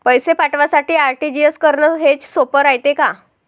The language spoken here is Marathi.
पैसे पाठवासाठी आर.टी.जी.एस करन हेच सोप रायते का?